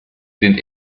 sind